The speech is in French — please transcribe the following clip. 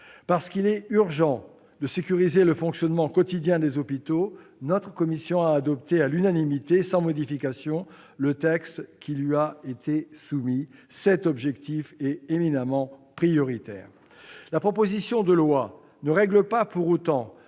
Parce qu'il est urgent de sécuriser le fonctionnement quotidien des hôpitaux, la commission des affaires sociales a adopté à l'unanimité et sans modification, le texte qui lui a été soumis. Cet objectif est éminemment prioritaire. La proposition de loi ne règle pas pour autant